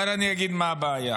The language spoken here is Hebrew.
אבל אני אגיד מה הבעיה.